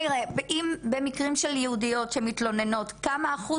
במקרים של יהודיות שמתלוננות כמה אחוז